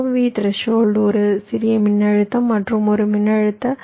V threshold ஒரு சிறிய மின்னழுத்தம் மற்றும் ஒரு மின்னழுத்த வீழ்ச்சி இருக்கும்